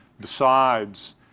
decides